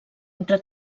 entre